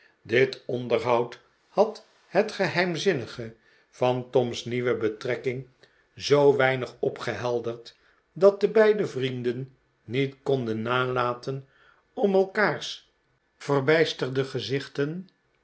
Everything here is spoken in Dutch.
dit onderhoud had het geheimzinnige van tom's nieuwe betrekking zoo weinig opgehelderd dat de beide vrienden niet konden nalaten om elkaars verbijsterde gezichte